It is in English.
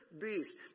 beast